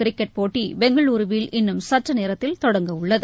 cricket போட்டி பெங்களுருவில் இன்னும் சற்று நேரத்தில் தொடங்கவுள்ளது